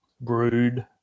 brood